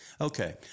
Okay